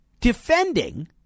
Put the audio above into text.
defending